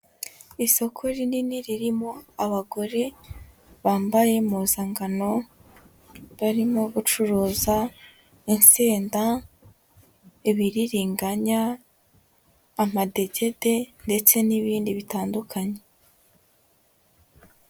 Isoko rinini ririmo abagore bambaye impuzankano, barimo gucuruza insenda, ibiririganya, amadegede ndetse n'ibindi bitandukanye.